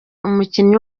umukinnyi